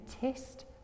test